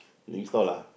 drink stall lah